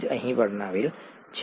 તે જ અહીં વર્ણવેલ છે